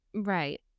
Right